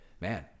man